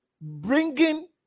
bringing